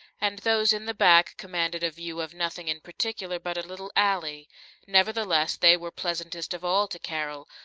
and those in the back commanded a view of nothing in particular but a little alley nevertheless, they were pleasantest of all to carol,